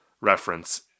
reference